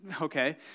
okay